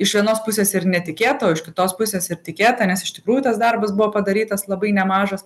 iš vienos pusės ir netikėta o iš kitos pusės ir tikėta nes iš tikrųjų tas darbas buvo padarytas labai nemažas